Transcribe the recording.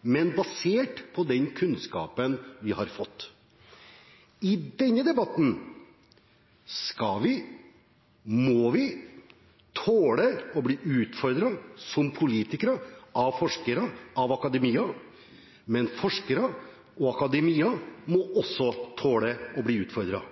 men basert på den kunnskapen vi har fått. I denne debatten skal og må vi tåle å bli utfordret som politikere av forskere og akademia, men forskere og akademia må også tåle å bli utfordret.